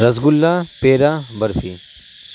رس گلا پیڑا برفی